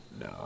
No